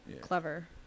Clever